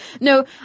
No